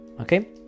okay